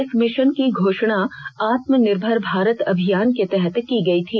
इस मिशन की घोषणा आत्म निर्भर भारत अभियान के तहत की गई थी